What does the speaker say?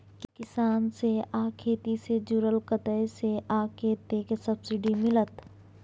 किसान से आ खेती से जुरल कतय से आ कतेक सबसिडी मिलत?